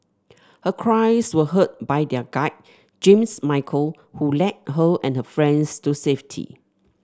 her cries were heard by their guide James Michael who led her and her friends to safety